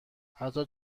حتی